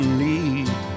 need